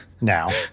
now